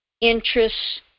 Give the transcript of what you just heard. interests